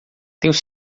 tenho